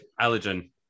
allergen